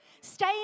Stay